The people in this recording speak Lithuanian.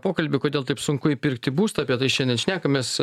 pokalbį kodėl taip sunku įpirkti būstą apie tai šiandien šnekamės